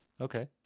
okay